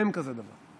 אין כזה דבר.